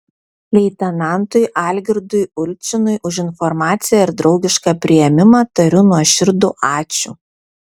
leitenantui algirdui ulčinui už informaciją ir draugišką priėmimą tariu nuoširdų ačiū